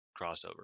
crossover